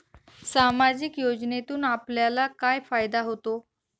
सामाजिक योजनेतून आपल्याला काय फायदा होतो?